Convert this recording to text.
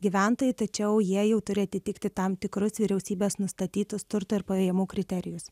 gyventojai tačiau jie jau turi atitikti tam tikrus vyriausybės nustatytus turto ir pajamų kriterijus